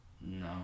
No